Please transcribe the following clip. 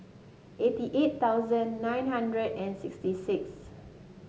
eighty eight thousand nine hundred and sixty six